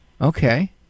Okay